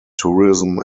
tourism